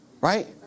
Right